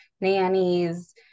nannies